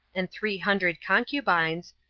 and three hundred concubines,